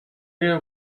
area